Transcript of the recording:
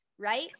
right